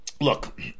Look